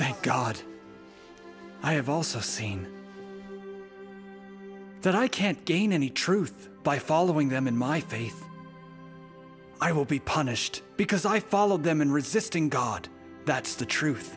thank god i have also seen that i can't gain any truth by following them in my faith i will be punished because i followed them in resisting god that's the truth